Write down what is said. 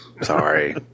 Sorry